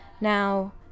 Now